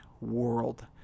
world